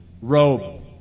Robe